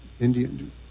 Indian